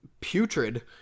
putrid